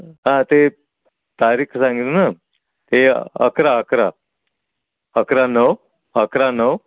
हां ते तारीख सांगितली ना ते अकरा अकरा अकरा नऊ अकरा नऊ